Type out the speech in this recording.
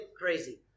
crazy